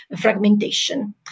fragmentation